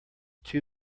too